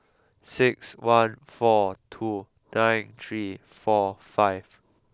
six one four two nine three four five